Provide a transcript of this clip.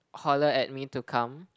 holler at me to come